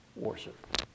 Worship